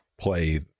play